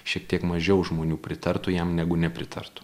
šiek tiek mažiau žmonių pritartų jam negu nepritartų